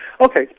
Okay